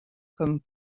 comme